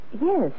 Yes